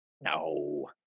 No